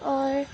اور